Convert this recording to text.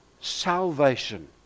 salvation